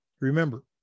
Remember